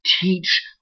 teach